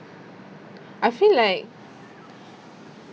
I feel like